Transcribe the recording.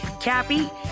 Cappy